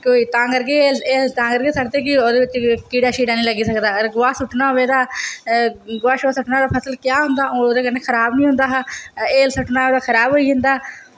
तां करियै हैल तां करियै सु'टदे कि ओह्दे बिच कीड़ा निं लग्गी सकदा अगर गोहा सु'टना होऐ तां फसल क्या होंदा ओह्दे कन्नै खराब निं होंदा हा ते हैल सु'टना होऐ खराब होई जंदा